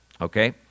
Okay